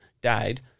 died